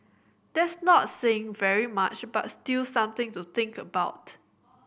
that's not saying very much but still something to think about